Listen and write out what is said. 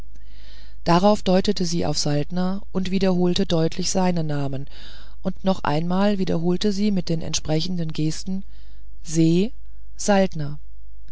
darauf deutete sie auf saltner und wiederholte deutlich seinen namen und noch einmal wiederholte sie mit den entsprechenden gesten se